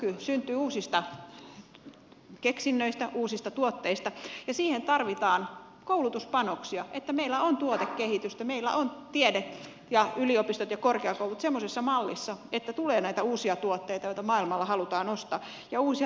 kilpailukyky syntyy uusista keksinnöistä uusista tuotteista ja siihen tarvitaan koulutuspanoksia että meillä on tuotekehitystä meillä on tiede ja yliopistot ja korkeakoulut semmoisessa mallissa että tulee uusia tuotteita joita maailmalla halutaan ostaa ja uusia toimintatapoja